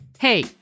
Hey